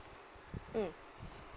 mm